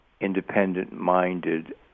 independent-minded